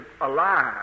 alive